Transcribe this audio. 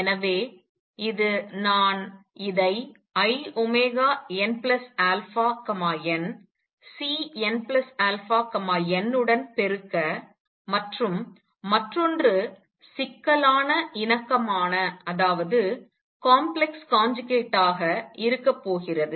எனவே இது நான் இதை inαnCnαn உடன் பெருக்க மற்றும் மற்றொன்று சிக்கலான இணக்கமான இருக்க போகிறது